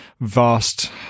vast